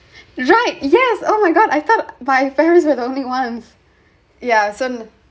right yes oh my god I though my parents were only ones yeah so no